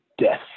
death